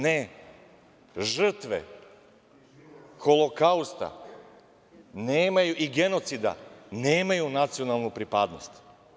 Ne, žrtve holokausta i genocida nemaju nacionalnu pripadnost.